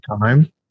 time